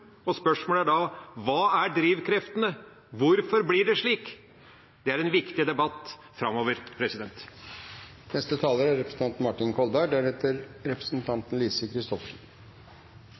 og spørsmålene er da: Hva er drivkreftene? Hvorfor blir det slik? Det er en viktig debatt framover. Statsråd Eriksson sier igjen at han er